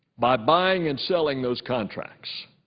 by buying and selling those contracts.